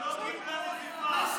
היא לא קיבלה נזיפה.